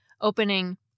opening